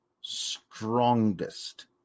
strongest